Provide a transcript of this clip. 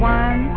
one